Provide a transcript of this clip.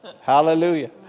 Hallelujah